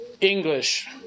English